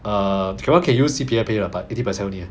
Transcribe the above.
err cannot can use C_P_F pay or not but eighty percent only leh